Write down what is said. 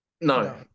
No